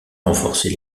renforcer